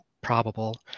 probable